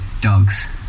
Dogs